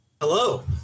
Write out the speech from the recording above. hello